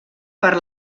per